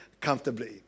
comfortably